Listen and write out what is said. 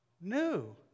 new